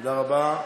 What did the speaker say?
תודה רבה.